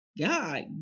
God